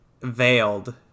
veiled